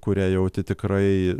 kurią jauti tikrai